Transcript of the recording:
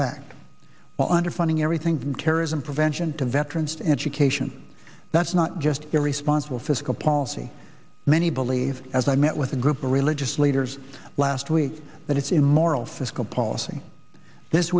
fact underfunding everything from terrorism prevention to veterans education that's not just a responsible fiscal policy many believe as i met with a group of religious leaders last week that it's immoral fiscal policy this